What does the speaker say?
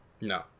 No